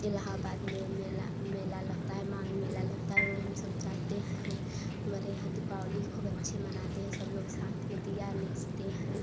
इलाहाबाद में मेला मेला लगता है माघ मेला लगता है वहीं में सब जाते हैं हमारे यहाँ दीपावली खूब अच्छी मनाते हैं सब लोग साथ में दिया लेसते हैं